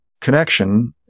connection